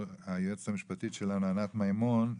היועצת המשפטית שלנו ענת מימון,